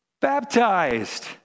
baptized